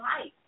life